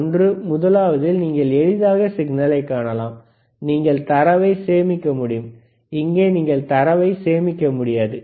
ஒன்று முதலாவதில் நீங்கள் எளிதாக சிக்னலை காணலாம் நீங்கள் தரவை சேமிக்க முடியும் இங்கே நீங்கள் தரவைச் சேமிக்க முடியாது